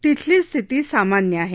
तिथली स्थिती सामान्य आहे